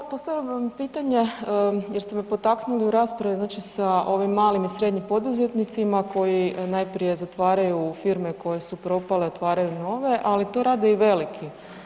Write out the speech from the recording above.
Pa evo postavila bi vam pitanje jer ste me potaknuli u raspravi znači sa ovim malim i srednjim poduzetnicima koji najprije zatvaraju firme koje su propale i otvaraju nove, ali to rade i veliki.